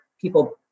people –